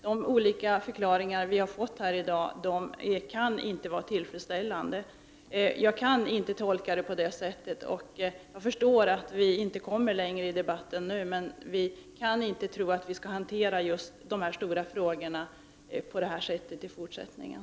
De olika förklaringar vi fått i dag kan inte vara tillfredsställande, men jag förstår att vi inte kommer längre i debatten nu. Jag tror inte att de här stora frågorna skall hanteras på detta sätt i fortsättningen.